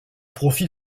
profit